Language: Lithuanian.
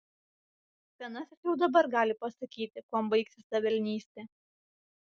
senasis jau dabar gali pasakyti kuom baigsis ta velnystė